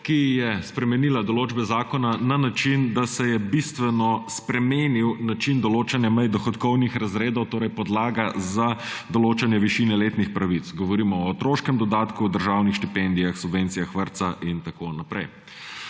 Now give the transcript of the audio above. ki je spremenila določbe zakona na način, da se je bistveno spremenil način določanja mej dohodkovnih razredov, torej podlaga za določanje višine letnih pravic. Govorimo o otroškem dodatku, o državnih štipendijah, subvencijah vrtca in tako naprej.